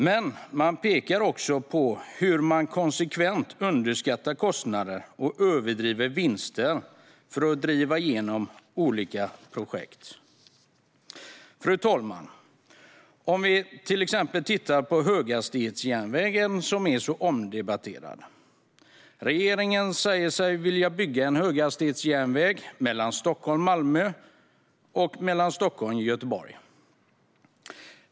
Det pekas också på hur man konsekvent underskattar kostnader och överdriver vinster för att driva igenom olika projekt. Fru talman! Vi kan till exempel titta på höghastighetsjärnvägen som är så omdebatterad. Regeringen säger sig vilja bygga en höghastighetsjärnväg mellan Stockholm och Malmö och mellan Stockholm och Göteborg.